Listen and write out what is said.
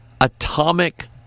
atomic